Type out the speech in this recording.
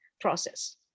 process